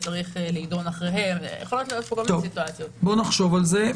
נחשוב על זה.